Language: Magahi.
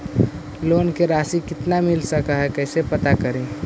लोन के रासि कितना मिल सक है कैसे पता करी?